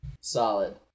Solid